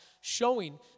showing